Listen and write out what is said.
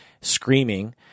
screaming